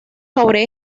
sobre